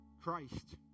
Christ